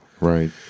right